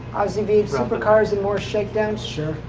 aussie v eight supercars in more shakedowns? sure.